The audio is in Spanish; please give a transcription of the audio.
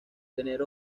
tener